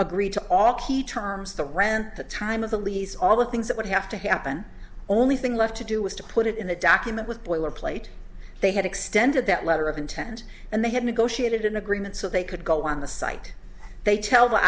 agreed to all key terms the rant the time of the lease all the things that would have to happen only thing left to do was to put it in the document with boilerplate they had extended that letter of intent and they had negotiated an agreement so they could go on the site they tell the